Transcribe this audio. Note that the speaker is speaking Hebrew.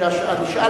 הכנסת אדטו תקריא את